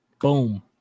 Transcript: Boom